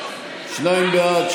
שניים בעד,